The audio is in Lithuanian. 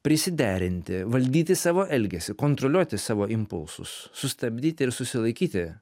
prisiderinti valdyti savo elgesį kontroliuoti savo impulsus sustabdyti ir susilaikyti